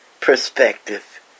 perspective